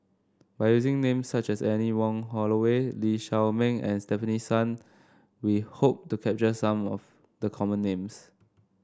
by using names such as Anne Wong Holloway Lee Shao Meng and Stefanie Sun we hope to capture some of the common names